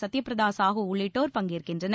சத்யபிரதா சாஹூ உள்ளிட்டோர் பங்கேற்கின்றனர்